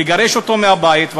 לגרש אותו מהבית,